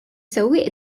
sewwieq